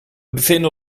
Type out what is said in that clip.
bevinden